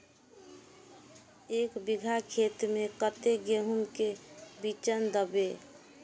एक बिगहा खेत में कते गेहूम के बिचन दबे?